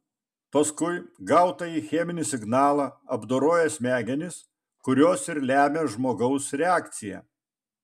paskui gautąjį cheminį signalą apdoroja smegenys kurios ir lemia žmogaus reakciją